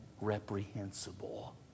reprehensible